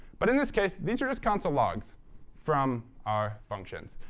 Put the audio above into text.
but in this case, these are just console logs from our functions.